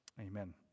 Amen